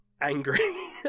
angry